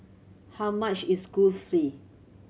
how much is Kulfi